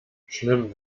schlimm